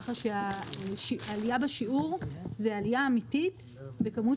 ככה שהעלייה בשיעור היא עלייה אמיתית בכמות